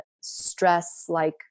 stress-like